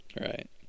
Right